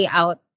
out